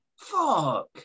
Fuck